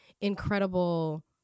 incredible